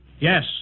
Yes